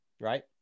Right